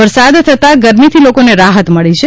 વરસાદ થતાં ગરમીથી લોકોને રાહત મળી છે